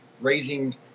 raising